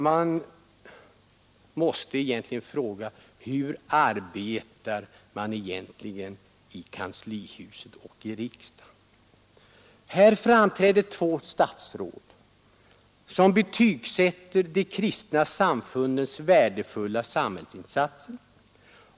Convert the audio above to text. Man måste fråga sig hur arbetet sker i kanslihuset och i riksdagen. Här framträder nu två statsråd och betygsätter de kristna samfundens värdefulla samhällsinsatser.